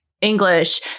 English